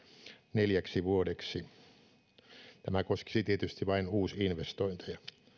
neljäksi vuodeksi tämä koskisi tietysti vain uusinvestointeja